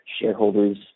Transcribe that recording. shareholders